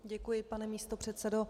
Děkuji, pane místopředsedo.